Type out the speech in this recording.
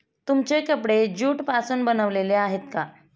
तुमचे कपडे ज्यूट पासून बनलेले आहेत का?